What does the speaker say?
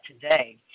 today